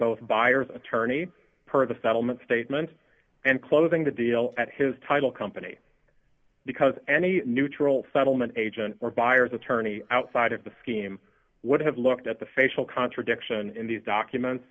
both buyers attorney for the federal mint statement and closing the deal at his title company because any neutral settlement agent or buyer's attorney outside of the scheme would have looked at the facial contradiction in these documents